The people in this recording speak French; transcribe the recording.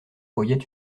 voyait